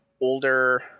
older